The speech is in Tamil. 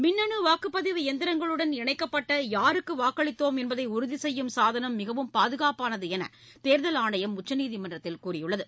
மின்னணு வாக்குப்பதிவு இயந்திரங்களுடன் இணைக்கப்பட்ட யாருக்கு வாக்களித்தோம் என்பதை உறுதிசெய்யும் சாதனம் மிகவும் பாதுகாப்பானது என்று தேர்தல் ஆணையம் உச்சநீதிமன்றத்தில் கூறியுள்ளது